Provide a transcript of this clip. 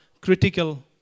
critical